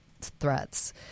threats